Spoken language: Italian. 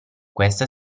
questa